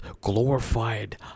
glorified